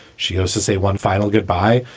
she has to say one final goodbye.